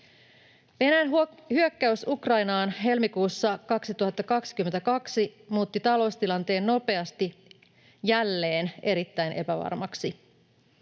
Venäjän hyökkäys Ukrainaan helmikuussa 2022 muutti taloustilanteen nopeasti jälleen erittäin epävarmaksi.